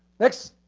next,